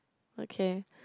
okay